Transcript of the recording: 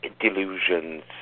delusions